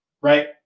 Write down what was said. Right